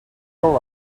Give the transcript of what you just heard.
all